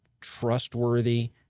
trustworthy